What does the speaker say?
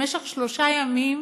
במשך שלושה ימים